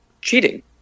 cheating